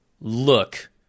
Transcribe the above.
Look